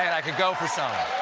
i could go for some.